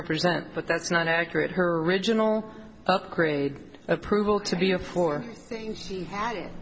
represent but that's not accurate her original upgrade approval to be a floor thing she ad